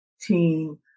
team